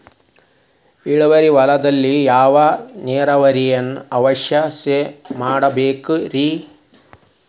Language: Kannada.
ಇಳುವಾರಿ ಹೊಲದಲ್ಲಿ ಯಾವ ನೇರಾವರಿ ವ್ಯವಸ್ಥೆ ಮಾಡಬೇಕ್ ರೇ?